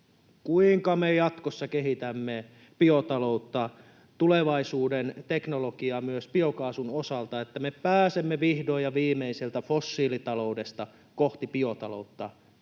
Kuinka me jatkossa kehitämme biotaloutta, tulevaisuuden teknologiaa myös biokaasun osalta, että me pääsemme vihdoin ja viimein sieltä fossiilitaloudesta kohti biotaloutta?